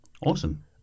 Awesome